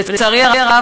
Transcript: ולצערי הרב,